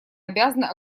обязаны